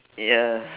ya